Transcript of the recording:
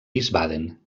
wiesbaden